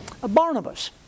Barnabas